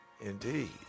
indeed